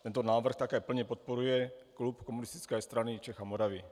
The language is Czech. Tento návrh také plně podporuje klub Komunistické strany Čech a Moravy.